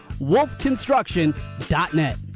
wolfconstruction.net